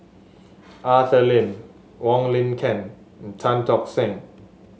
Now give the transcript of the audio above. Arthur Lim Wong Lin Ken and Tan Tock Seng